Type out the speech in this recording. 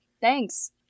thanks